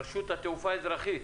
רשות התעופה האזרחית,